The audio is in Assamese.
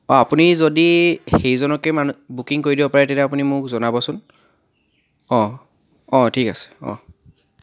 অঁ আপুনি যদি সেইজনকে মানে বুকিং কৰি দিব পাৰে তেতিয়া আপুনি মোক জনাব চোন অঁ অঁ ঠিক আছে অঁ